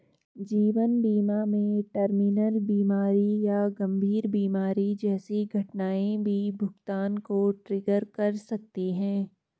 जीवन बीमा में टर्मिनल बीमारी या गंभीर बीमारी जैसी घटनाएं भी भुगतान को ट्रिगर कर सकती हैं